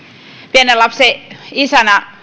pienen lapsen isänä